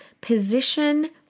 position